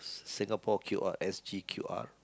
Singapore Q_R S_G_Q_R